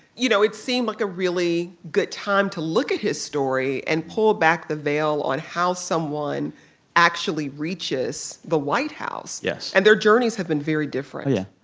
you know, it seemed like a really good time to look at his story and pull back the veil on how someone actually reaches the white house yes and their journeys have been very different yeah.